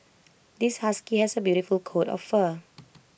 this husky has A beautiful coat of fur